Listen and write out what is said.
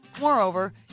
Moreover